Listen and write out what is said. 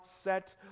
set